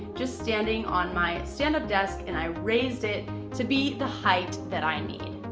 just standing on my stand-up desk and i raised it to be the height that i need.